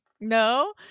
No